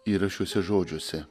yra šiuose žodžiuose